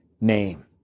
name